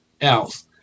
else